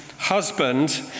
Husband